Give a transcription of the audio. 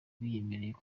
biyemerera